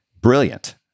brilliant